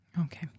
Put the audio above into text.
Okay